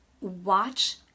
watch